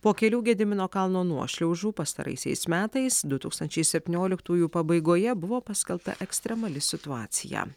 po kelių gedimino kalno nuošliaužų pastaraisiais metais du tūkstančiai septynioliktųjų pabaigoje buvo paskelbta ekstremali situacija